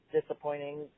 disappointing